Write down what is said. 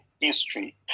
history